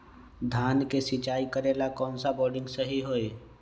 धान के सिचाई करे ला कौन सा बोर्डिंग सही होई?